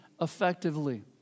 effectively